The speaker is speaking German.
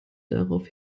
darauf